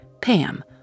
Pam